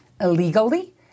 illegally